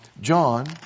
John